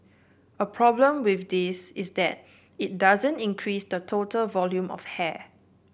a problem with this is that it doesn't increase the total volume of hair